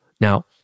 Now